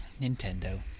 Nintendo